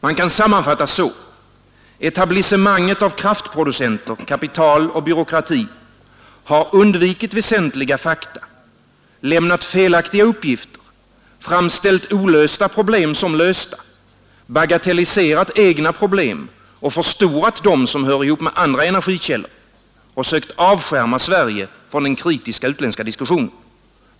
Man kan sammanfatta så: Etablissemanget av kraftproducenter, kapital och byråkrati har undvikit väsentliga fakta, lämnat felaktiga uppgifter, framställt olösta problem som lösta, bagatelliserat egna problem och förstorat dem som hör ihop med andra energikällor och sökt avskärma Sverige från den kritiska utländska diskussionen.